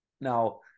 Now